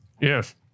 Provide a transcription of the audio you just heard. Yes